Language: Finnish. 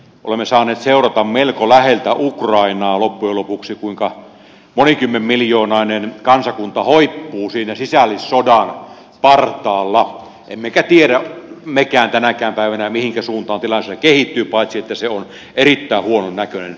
olemme saaneet seurata melko läheltä ukrainaa loppujen lopuksi kuinka monikymmenmiljoonainen kansakunta hoippuu siinä sisällissodan partaalla emmekä tiedä mekään tänäkään päivänä mihinkä suuntaan tilanne siellä kehittyy paitsi että se on erittäin huonon näköinen